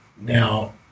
Now